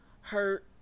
hurt